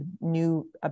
new